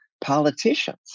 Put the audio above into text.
Politicians